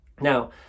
Now